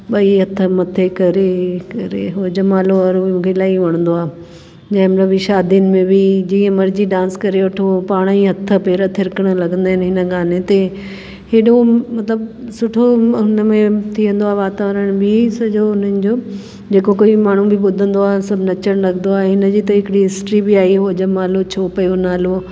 ॿई हथ मथे करे करे हो जमालो ओर इलाही वणंदो आहे जंहिं महिल बि शादियुनि में बि जीअं मर्जी डांस करे वठो पाण ई हथ पैर थिरकणु लॻंदा आहिनि हिन गाने ते हेॾो मतिलबु सुठो हुनमें थी वेंदो आहे वातावरण बि सॼो हुननि जो जेको कोई माण्हू बि ॿुधंदो आहे सभु नचणु लॻंदो आहे इनजी त हिकिड़ी हिस्ट्री बि आई हुई हो जमालो छो पियो नालो